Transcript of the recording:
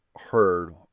heard